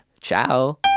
ciao